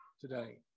today